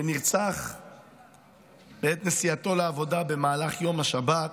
שנרצח בעת נסיעתו לעבודה במהלך יום השבת,